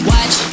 Watch